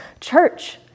Church